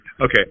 okay